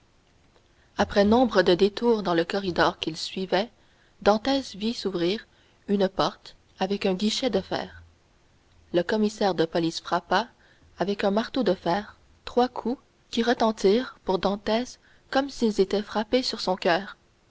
après nombre de détours dans le corridor qu'il suivait dantès vit s'ouvrir une porte avec un guichet de fer le commissaire de police frappa avec un marteau de fer trois coups qui retentirent pour dantès comme s'ils étaient frappés sur son coeur